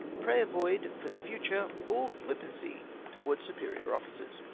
pray avoid for the future all flippancy towards superior officers.